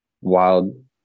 wild